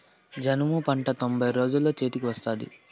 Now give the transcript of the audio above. జనుము పంట తొంభై రోజుల్లో చేతికి వత్తాది